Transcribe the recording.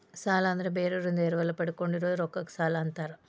ಸಾಲ ಅಂದ್ರ ಬೇರೋರಿಂದ ಎರವಲ ಪಡ್ಕೊಂಡಿರೋ ರೊಕ್ಕಕ್ಕ ಸಾಲಾ ಅಂತಾರ